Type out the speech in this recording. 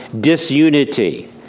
disunity